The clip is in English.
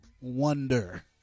wonder